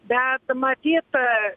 bet matyt